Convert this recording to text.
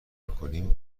کنیم